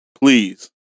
Please